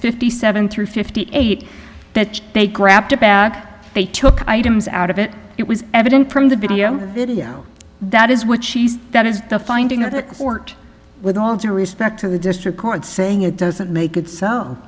fifty seven through fifty eight that they grabbed they took items out of it it was evident from the video video that is what she said that is the finding of the court with all due respect to the district court saying it doesn't make it so